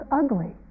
ugly